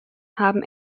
haben